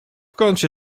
kącie